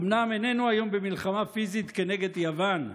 אומנם היום איננו במלחמה פיזית נגד יוון,